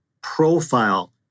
profile